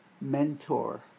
mentor